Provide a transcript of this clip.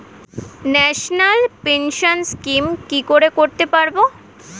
National pension scheme কি করে করতে পারব?